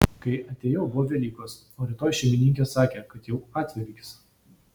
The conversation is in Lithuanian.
kai atėjau buvo velykos o rytoj šeimininkė sakė kad jau atvelykis